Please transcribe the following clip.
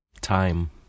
Time